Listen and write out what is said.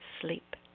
sleep